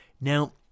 Now